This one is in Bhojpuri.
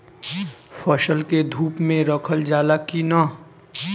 फसल के धुप मे रखल जाला कि न?